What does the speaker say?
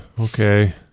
okay